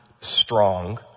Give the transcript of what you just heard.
strong